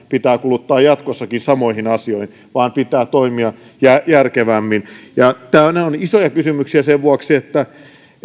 pitää kuluttaa jatkossakin samoihin asioihin vaan pitää toimia järkevämmin nämä ovat isoja kysymyksiä sen vuoksi että